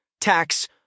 tax